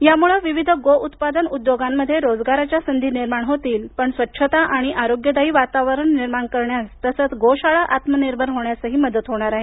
यामुळे विविध गो उत्पादन उद्योगामध्ये रोजगाराच्या संधी निर्माण होतीलच पण स्व्छता आणि आरोग्यदायी वातावरण निर्माण करण्यास तसंच गोशाळा आत्मनिर्भर होण्यासही मदत होणार आहे